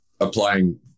applying